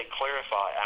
clarify